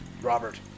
Robert